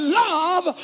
love